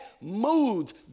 moods